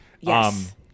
Yes